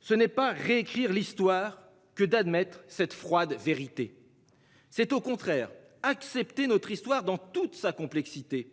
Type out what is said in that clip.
Ce n'est pas réécrire l'histoire que d'admettre cette froide vérité. C'est au contraire accepter notre histoire dans toute sa complexité